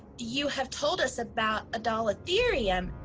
you have told us about adalatherium,